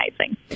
amazing